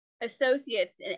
associates